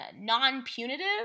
non-punitive